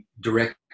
direct